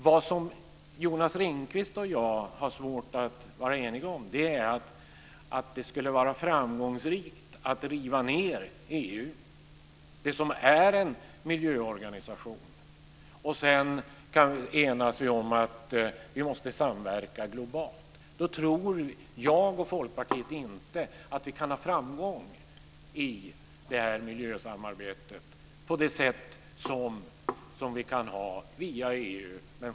Vad Jonas Ringqvist och jag har svårt att vara eniga om är att det skulle vara framgångsrikt att riva ned EU, som är en miljöorganisation, och sedan enas om att vi måste samverka globalt. Då tror inte jag och Folkpartiet att vi kan ha framgång i miljösamarbetet på samma sätt som vi kan ha via EU.